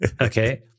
Okay